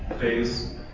phase